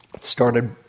started